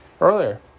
earlier